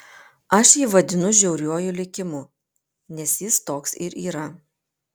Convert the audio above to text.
aš jį vadinu žiauriuoju likimu nes jis toks ir yra